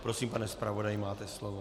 Prosím, pane zpravodaji, máte slovo.